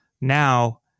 now